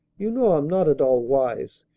you know i'm not at all wise,